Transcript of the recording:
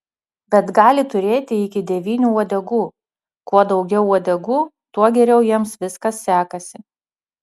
bet gali turėti iki devynių uodegų kuo daugiau uodegų tuo geriau jiems viskas sekasi